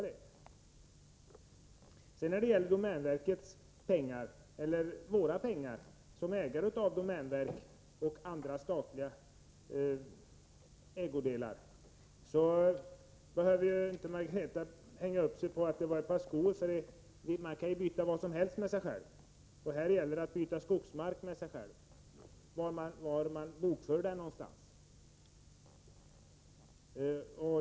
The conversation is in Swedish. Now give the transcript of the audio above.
Beträffande domänverkets pengar — eller våra pengar, som ägare av domänverket och andra statliga ägodelar — behöver inte Margareta Winberg hänga upp sig på att jag talade om ett par skor. Man kan ju byta vad som helst med sig själv, och här gällde det att byta skogsmark med sig själv. Det handlade om var man bokför den någonstans.